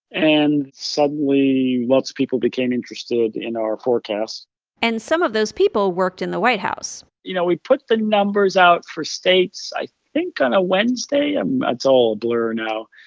and suddenly, lots of people became interested in our forecasts and some of those people worked in the white house you know, we put the numbers out for states i think on a wednesday um it's all a blur now.